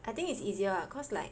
I think it's easier ah cause like